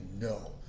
no